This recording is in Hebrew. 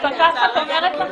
המפקחת אומרת לך,